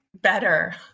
better